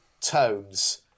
tones